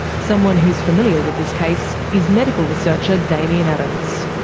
someone who's familiar with this case is medical researcher damien adams.